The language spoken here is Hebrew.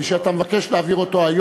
כי המדינה לא מייצרת אותם,